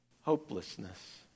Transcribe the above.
hopelessness